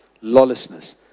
lawlessness